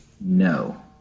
No